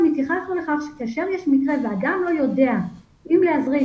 גם התייחסנו לכך שכאשר יש מקרה ואדם לא יודע האם להזריק,